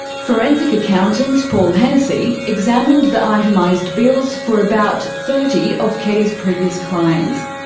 forensic accountant, paul hennessy, examined the itemised bills for about thirty of keddies' previous clients.